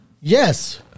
Yes